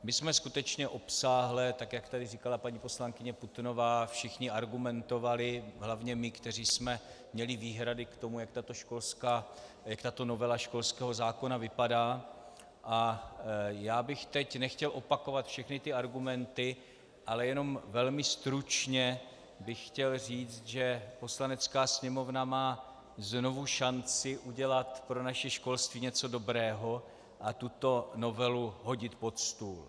My jsme skutečně obsáhle, tak jak tady říkala paní poslankyně Putnová, všichni argumentovali, hlavně my, kteří jsme měli výhrady k tomu, jak tato novela školského zákona vypadá, a já bych teď nechtěl opakovat všechny ty argumenty, ale jenom velmi stručně bych chtěl říci, že Poslanecká sněmovna má znovu šanci udělat pro naše školství něco dobrého a tuto novelu hodit pod stůl.